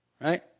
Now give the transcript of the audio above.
right